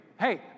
Hey